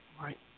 Right